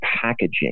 packaging